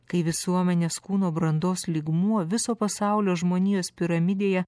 kai visuomenės kūno brandos lygmuo viso pasaulio žmonijos piramidėje